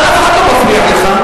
אתה, אף אחד לא מפריע לך.